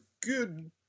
good